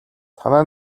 танай